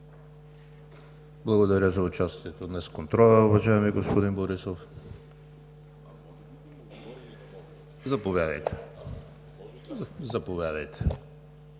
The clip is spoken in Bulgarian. Благодаря за участието днес в контрола, уважаеми господин Борисов. Заповядайте.